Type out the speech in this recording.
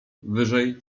wyżej